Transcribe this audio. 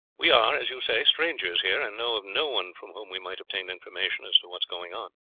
we are, as you say, strangers here, and know of no one from whom we might obtain information as to what is going on.